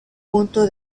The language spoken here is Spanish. punto